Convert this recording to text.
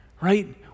right